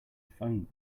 phone